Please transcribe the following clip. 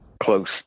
close